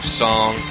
song